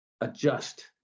adjust